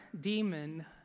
demon